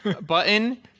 button